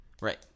Right